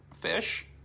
fish